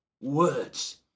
words